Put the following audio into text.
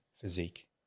physique